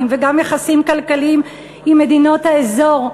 וגם יחסים כלכליים עם מדינות האזור.